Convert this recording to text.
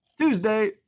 Tuesday